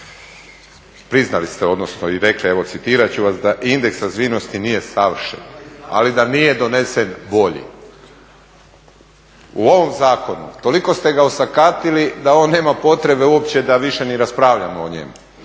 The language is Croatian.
priznali ste, odnosno rekli, evo citirat ću vas da indeks razvijenosti nije savršen, ali da nije donesen bolji. U ovom zakonu toliko ste ga osakatili da on nema potrebe uopće da više ni raspravljamo o njemu,